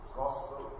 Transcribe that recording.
gospel